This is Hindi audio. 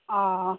आ